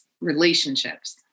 relationships